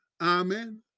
Amen